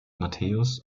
matthäus